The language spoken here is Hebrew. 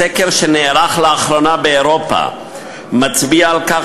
סקר שנערך לאחרונה באירופה מצביע על כך